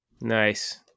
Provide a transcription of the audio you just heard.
Nice